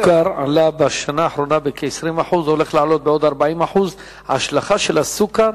הסוכר עלה בשנה האחרונה בכ-20% והולך לעלות בעוד 40%. ההשלכה של הסוכר,